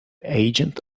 agents